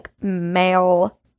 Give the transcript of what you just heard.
male